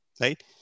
right